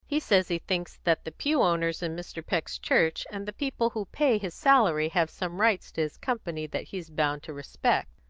he says he thinks that the pew-owners in mr. peck's church and the people who pay his salary have some rights to his company that he's bound to respect.